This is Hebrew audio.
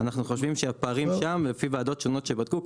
אנחנו חושבים שהפערים שם לפי ועדות שונות שבדקו,